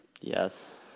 Yes